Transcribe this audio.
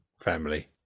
family